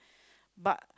but